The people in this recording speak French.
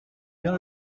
bien